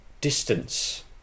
distance